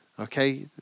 Okay